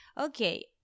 okay